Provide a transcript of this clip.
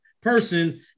person